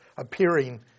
appearing